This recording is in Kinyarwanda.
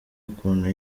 ukuntu